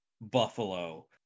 buffalo